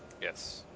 Yes